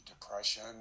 depression